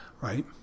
Right